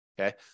okay